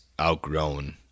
outgrown